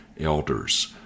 elders